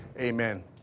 Amen